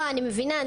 אני מבינה.